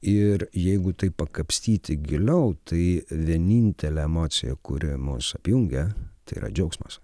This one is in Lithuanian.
ir jeigu taip pakapstyti giliau tai vienintelė emocija kuri mus apjungia tai yra džiaugsmas